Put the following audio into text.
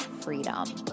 freedom